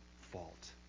fault